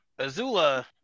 Azula